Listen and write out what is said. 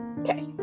Okay